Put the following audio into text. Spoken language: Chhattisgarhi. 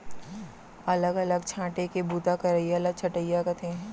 अलग अलग छांटे के बूता करइया ल छंटइया कथें